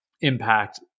impact